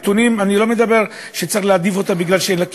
אני לא אומר שצריך להעדיף אותה מפני שאין לה כישורים,